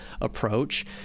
approach